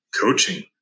coaching